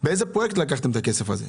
מאיזה פרויקט לקחתם את הכסף הזה.